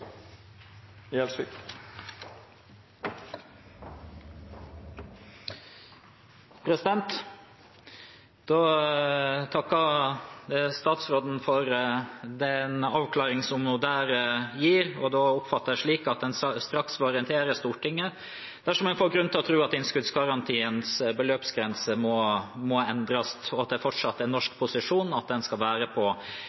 takker statsråden for avklaringen som hun der ga. Jeg oppfatter det da slik at en straks vil orientere Stortinget dersom en får grunn til å tro at innskuddsgarantiens beløpsgrense må endres, og at det fortsatt er norsk